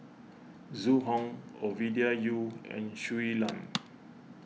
Zhu Hong Ovidia Yu and Shui Lan